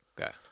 Okay